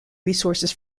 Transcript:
resources